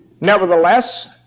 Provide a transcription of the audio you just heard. Nevertheless